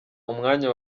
umwanya